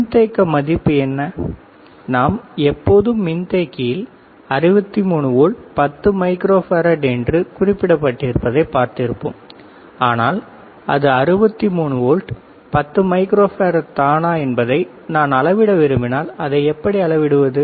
மின்தேக்க மதிப்பு என்ன நாம் எப்போதும் மின்தேக்கியில் 63 வோல்ட் 10 மைக்ரோஃபாரட் என்று குறிப்பிடப் பட்டிருப்பதை பார்த்திருப்போம் ஆனால் அது 63 வோல்ட் 10 மைக்ரோஃபாரட் தானா என்பதை நான் அளவிட விரும்பினால் அதை எப்படி அளவிடுவது